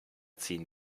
ziehen